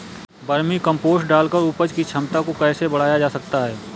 Vermi compost डालकर उपज की क्षमता को कैसे बढ़ाया जा सकता है?